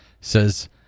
says